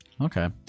Okay